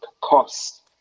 cost